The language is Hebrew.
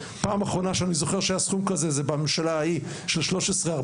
פעם אחרונה שאני זוכר שהיה סכום כזה זה בממשלה ההיא של 2013-2014,